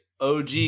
OG